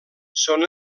són